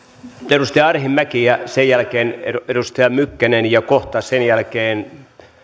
edustaja arhinmäki ja sen jälkeen edustaja mykkänen ja kohta sen jälkeen